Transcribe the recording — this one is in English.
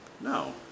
No